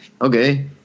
Okay